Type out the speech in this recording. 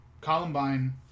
Columbine